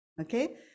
okay